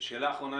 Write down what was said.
שאלה האחרונה,